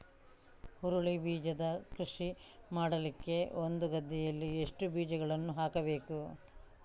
ಹುರುಳಿ ಬೀಜದ ಕೃಷಿ ಮಾಡಲಿಕ್ಕೆ ಒಂದು ಗದ್ದೆಯಲ್ಲಿ ಎಷ್ಟು ಬೀಜಗಳನ್ನು ಹಾಕಬೇಕು?